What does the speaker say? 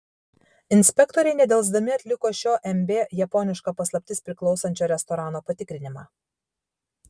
inspektoriai nedelsdami atliko šio mb japoniška paslaptis priklausančio restorano patikrinimą